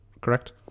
correct